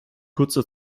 kurzer